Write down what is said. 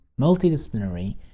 multidisciplinary